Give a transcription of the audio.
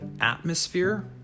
atmosphere